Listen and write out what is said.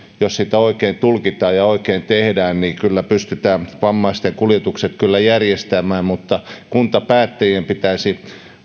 jos sitä oikein tulkitaan ja oikein tehdään niin kyllä pystytään vammaisten kuljetukset järjestämään mutta kuntapäättäjien pitäisi